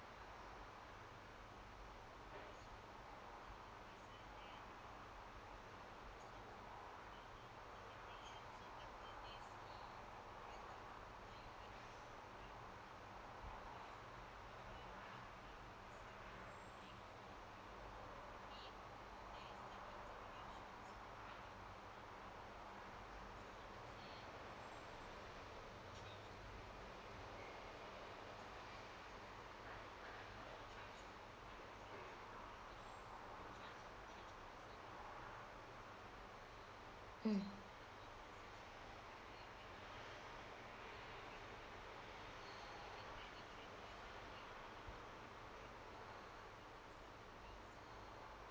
mm